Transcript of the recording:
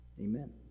Amen